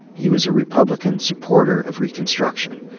he was a republican supporter of reconstruction.